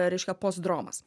reiškia postdromas